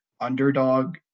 underdog